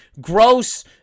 gross